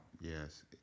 Yes